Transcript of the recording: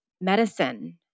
medicine